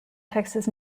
texas